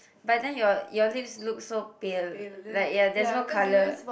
but then your your lips look so pale like ya there's no colour